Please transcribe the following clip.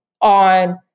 on